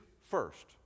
first